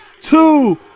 two